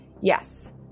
yes